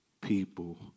people